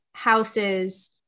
houses